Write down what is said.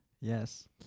yes